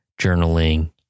journaling